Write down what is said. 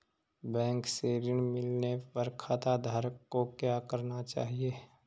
Bank से ऋण मिलने पर खाताधारक को क्या करना चाहिए?